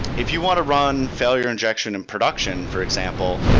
if you want to run failure injection and production, for example,